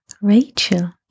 Rachel